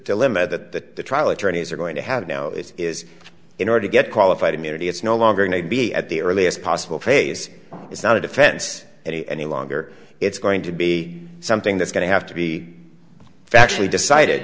dilemma that the trial attorneys are going to have now is is in order to get qualified immunity it's no longer need be at the earliest possible phase it's not a defense any any longer it's going to be something that's going to have to be factually decided